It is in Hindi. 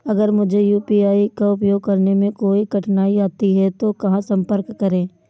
अगर मुझे यू.पी.आई का उपयोग करने में कोई कठिनाई आती है तो कहां संपर्क करें?